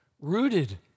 rooted